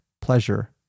pleasure